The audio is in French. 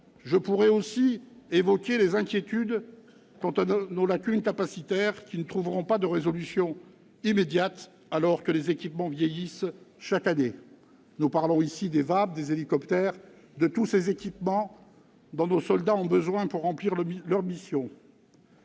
je pourrais aussi évoquer les inquiétudes sur nos lacunes capacitaires, qui ne trouveront pas de résolutions immédiates alors que les équipements vieillissent chaque année. Nous parlons ici des VAB, des hélicoptères, de tous ces équipements dont nos soldats ont besoin pour remplir leurs missions.